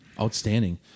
Outstanding